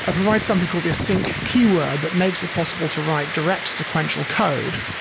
ah provides something called the async keyword that makes it possible to write direct sequential code